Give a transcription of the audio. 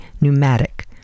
pneumatic